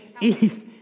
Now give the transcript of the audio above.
East